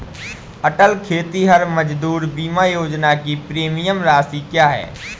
अटल खेतिहर मजदूर बीमा योजना की प्रीमियम राशि क्या है?